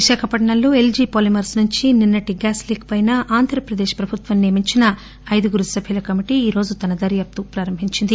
విశాఖపట్నంలో LG polymers నుంచి నిన్నటి గ్యాస్ లీక్ పైన ఆంధ్రప్రదేశ్ ప్రభుత్వం నియమించిన ఐదుగురు సభ్యుల కమిటీ ఈ రోజు తన దర్యాపు ప్రారంభించింది